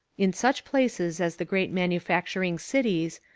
in such places as the great manufacturing cities,